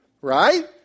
Right